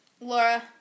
Laura